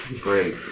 Great